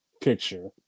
picture